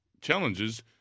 challenges